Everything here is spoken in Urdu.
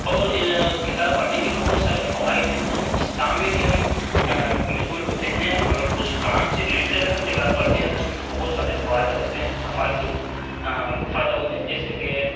اور کتابیں پڑھنے کے بہت سارے فوائد ہیں جس کام میں بھی ہم مشغول ہوتے ہیں اگر اس کام سے ریلیٹیڈ اگر ہم کتابیں پڑھتے ہیں تو اس میں تو بہت زیادہ فوائد ہوتے ہیں افائد ہوتے ہیں فائدہ ہوتے ہیں جیسے کہ